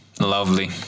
Lovely